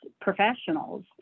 professionals